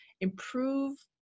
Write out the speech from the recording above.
improve